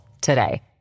today